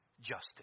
justice